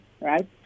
Right